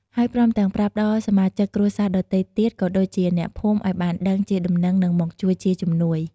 ហើយព្រមទាំងប្រាប់ដល់សមាជិកគ្រួសារដទៃទៀតក៏ដូចជាអ្នកភូមិឲ្យបានដឹងជាដំណឹងនិងមកជួយជាជំនួយ។